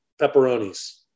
pepperonis